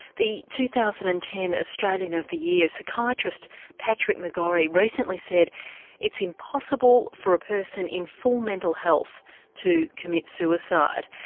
the two thousand and ten australian of the year, psychiatrist patrick mcgorry, recently said it's impossible for a person in full mental health to commit suicide.